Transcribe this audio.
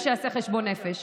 ושיעשה חשבון נפש.